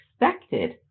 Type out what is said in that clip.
expected